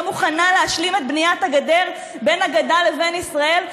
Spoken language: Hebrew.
לא מוכנה להשלים את בניית הגדר בין הגדה לבין ישראל,